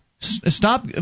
Stop